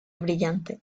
brillante